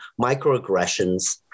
microaggressions